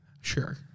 Sure